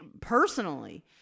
Personally